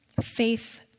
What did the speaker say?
Faith